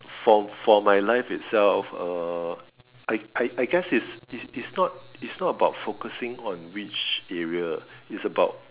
for for my life itself uh I I I guess it's it's it's not it's not about focusing on which area is about